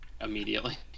immediately